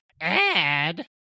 Add